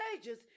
stages